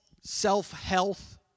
self-health